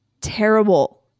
terrible